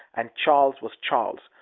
and charles was charles,